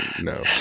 No